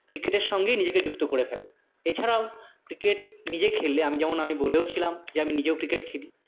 ক্রিকেটের সঙ্গেই নিজেকে যুক্ত করে ফেলেন এছাড়াও ক্রিকেট নিজে খেললে আমি যেমন আমি বলেওছিলাম যে আমি নিজেও ক্রিকেট খেলি